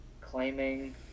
claiming